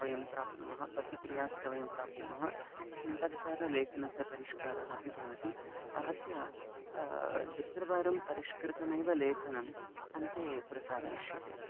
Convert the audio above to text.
वयं प्राप्नुमः प्रतिक्रियाश्च वयं प्राप्नुमः तद्वारा लेखनस्य परिष्कारः अपि भवति आहत्य द्वित्रवारं परिष्कृतमेव लेखनम् अन्ते प्रसारयिष्यते